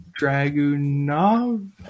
Dragunov